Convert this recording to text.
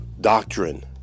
doctrine